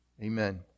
Amen